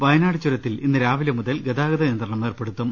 വയനാട് ചുരത്തിൽ ഇന്ന് രാവിലെ മുതൽ ഗതാഗത നിയന്ത്രണം ഏർപ്പെടുത്തും